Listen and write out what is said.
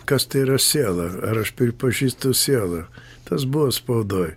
kas tai yra siela ar aš pripažįstu sielą tas buvo spaudoj